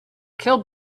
kill